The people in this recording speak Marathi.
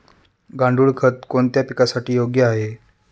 गांडूळ खत कोणत्या पिकासाठी योग्य आहे?